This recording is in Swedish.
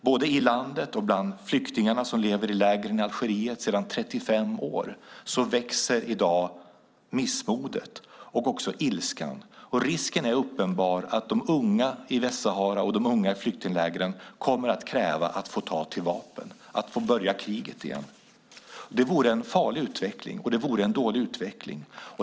Både i landet och bland flyktingarna som sedan 35 år lever i lägren i Algeriet växer i dag missmodet och också ilskan. Risken är uppenbar att de unga i Västsahara och de unga i flyktinglägren kommer att kräva att få ta till vapen, att få börja kriget igen. Det vore en farlig utveckling, och en dålig utveckling.